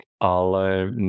ale